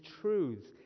truths